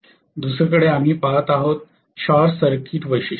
दुसरीकडे आम्ही पहात आहोत शॉर्ट सर्किट वैशिष्ट्ये